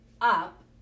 up